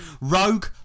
Rogue